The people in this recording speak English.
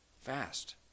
Fast